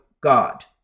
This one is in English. God